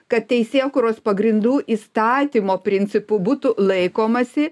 kad teisėkūros pagrindų įstatymo principų būtų laikomasi